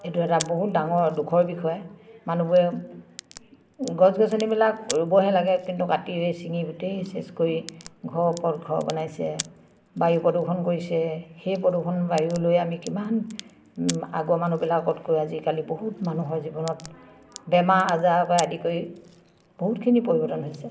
এইটো এটা বহুত ডাঙৰ দুখৰ বিষয়ে মানুহবোৰে গছ গছনিবিলাক ৰুবহে লাগে কিন্তু কাটিৰে চিঙি গোটেই চেচ কৰি ঘৰৰ ওপৰত ঘৰ বনাইছে বায়ু প্ৰদূষণ কৰিছে সেই প্ৰদূষণ বায়ুলৈ আমি কিমান আগৰ মানুহবিলাকতকৈ আজিকালি বহুত মানুহৰ জীৱনত বেমাৰ আজাৰ পৰা আদি কৰি বহুতখিনি পৰিৱৰ্তন হৈছে